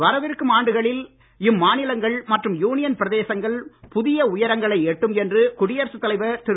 வரவிருக்கும் ஆண்டுகளில் இம்மாநிலங்கள் மற்றும் யூனியன் பிரதேசங்கள் புதிய உயரங்களை எட்டட்டும் என்று குடியரசு தலைவர் திரு